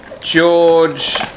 George